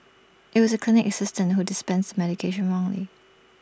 IT was the clinic assistant who dispensed medication wrongly